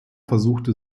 versuchte